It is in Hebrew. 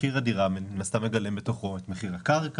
מחיר הדירה מן הסתם מגלם בתוכו את מחיר הקרקע,